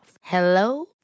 Hello